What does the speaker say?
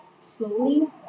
Slowly